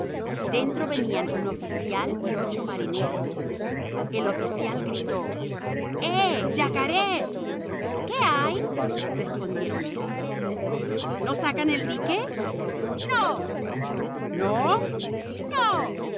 dentro venían un oficial y ocho marineros el oficial gritó eh yacarés qué hay respondieron éstos no sacan el dique no no no